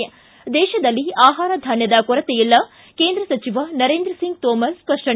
ದೇಶದಲ್ಲಿ ಆಹಾರ ಧಾನ್ಯದ ಕೊರತೆ ಇಲ್ಲ ಕೇಂದ್ರ ಸಚಿವ ನರೇಂದ್ರ ಸಿಂಗ್ ತೋಮರ್ ಸ್ಪಷ್ಟನೆ